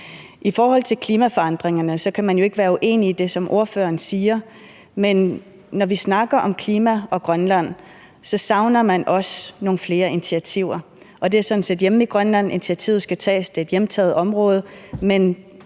I forhold til klimaforandringerne kan man jo ikke være uenig i det, som ordføreren siger, men når vi snakker om klima og Grønland, så savner jeg også nogle flere initiativer. Det er sådan set hjemme i Grønland, initiativet skal tages, det er et hjemtaget område, men